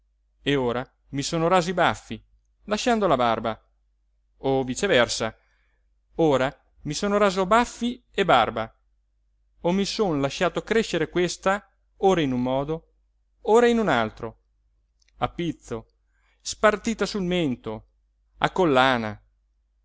e ora mi sono raso i baffi lasciando la barba o viceversa ora mi sono raso baffi e barba o mi son lasciata crescer questa ora in un modo ora in un altro a pizzo spartita sul mento a collana